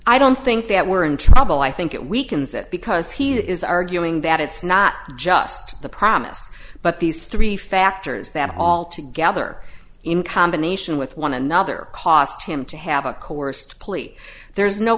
i don't think that we're in trouble i think it weakens it because he is arguing that it's not just the promise but these three factors that all together in combination with one another cost him to have a